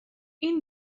این